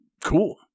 Cool